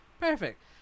perfect